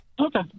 Okay